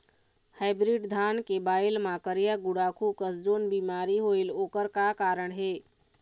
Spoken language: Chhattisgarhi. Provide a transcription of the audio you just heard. हाइब्रिड धान के बायेल मां करिया गुड़ाखू कस जोन बीमारी होएल ओकर का कारण हे?